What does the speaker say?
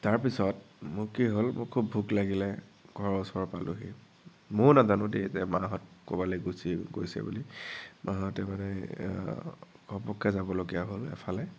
তাৰপিছত মোৰ কি হ'ল মোৰ খুব ভোক লাগিলে ঘৰৰ ওচৰ পালোহি ময়ো নাজানো দেই যে মাহঁত ক'ৰবালৈ গুচি গৈছে বুলি মাহঁতে মানে ঘপককে যাবলগীয়া হ'ল এফালে